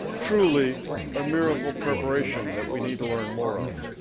truly a miracle preparation that we need to learn more of.